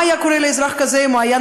מה היה קורה לאזרח כזה אם הוא היה,